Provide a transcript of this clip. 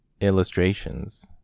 Illustrations